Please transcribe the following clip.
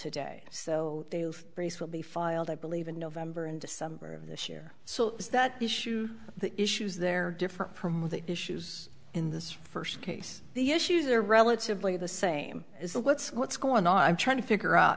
today so brace will be filed i believe in november and december of this year so is that issue the issues there different from the issues in this first case the issues are relatively the same is the what's what's going on i'm trying to figure out